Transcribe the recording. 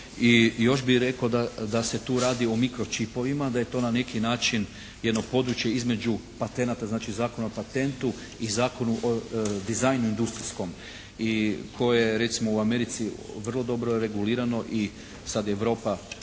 još bih rekao da se tu radi o mikro čipovima, da je to na neki način jedno područje između patenata, znači Zakona o patentu i Zakona o dizajnu industrijskom i koje je recimo u Americi vrlo dobro regulirano i sad Europa